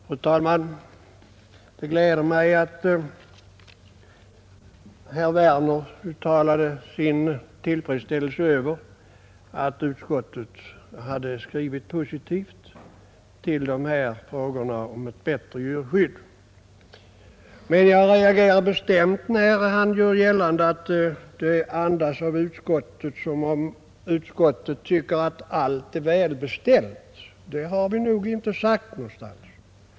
Fru talman! Det gläder mig att herr Werner i Malmö uttalade sin tillfredsställelse över att utskottet har skrivit positivt i dessa frågor, som rör ett bättre djurskydd. Men jag reagerar bestämt när han gör gällande att betänkandet andas att utskottet tycker att allt är väl beställt. Det har vi nog inte sagt någonstans.